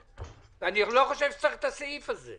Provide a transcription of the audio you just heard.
אני לא חושב שצריך את הסעיף הזה.